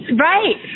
Right